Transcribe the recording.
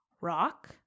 rock